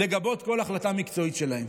לגבות כל החלטה מקצועית שלהם.